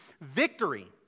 victory